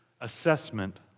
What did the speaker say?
assessment